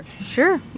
Sure